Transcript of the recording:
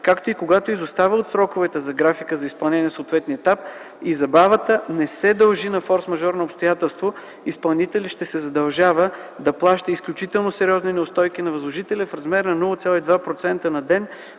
както и когато изостава от сроковете в графика за изпълнение на съответния етап и забавата не се дължи на форсмажорно обстоятелство, изпълнителят ще се задължава да плаща изключително сериозни неустойки на възложителя в размер на 0,2% на ден